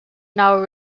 now